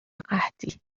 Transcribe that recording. قحطی